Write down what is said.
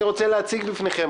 אני רוצה להציג בפניכם,